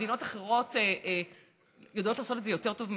מדינות אחרות יודעות לעשות את זה יותר טוב מאיתנו?